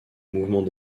mouvement